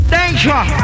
Danger